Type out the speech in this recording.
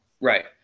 Right